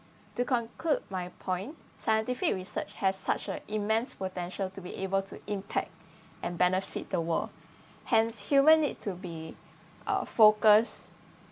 to conclude my point scientific research has such an immense potential to be able to impact and benefit the world hence human need to be uh focus